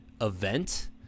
event